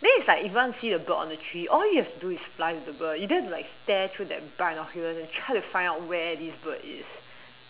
then it's like if you want to see the bird on the tree all you have to do is fly with the bird you don't have to like stare through the brunt of human and try to find out where this bird is